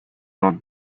not